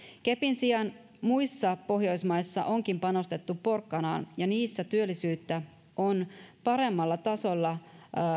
kepin sijan muissa pohjoismaissa onkin panostettu porkkanaan ja niissä työllisyyttä on paremmalla tasolla